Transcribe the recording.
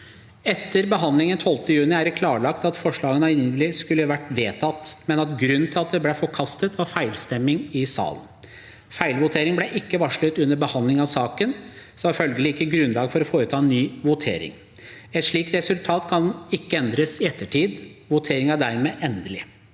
Etter behandlingen 12. juni er det klarlagt at forslagene angivelig skulle vært vedtatt, men at grunnen til at de ble forkastet var feilstemming i salen. Feilvoteringen ble ikke varslet under behandlingen av saken, så det var følgelig ikke grunnlag for å foreta ny votering. Et slikt resultat kan ikke endres i ettertid. Voteringen er dermed endelig.